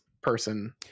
person